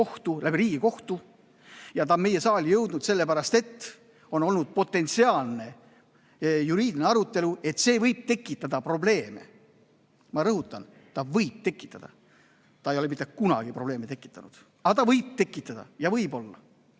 kohtu kaudu, Riigikohtu kaudu ja ta on meie saali jõudnud sellepärast, et on olnud potentsiaalne juriidiline arutelu, et see võib tekitada probleeme. Ma rõhutan: see võib tekitada. See ei ole mitte kunagi probleeme tekitanud, aga võib tekitada.